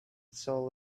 soul